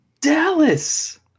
Dallas